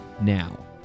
now